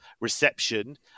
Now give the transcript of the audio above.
reception